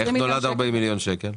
איך נולד 40 מיליון שקל?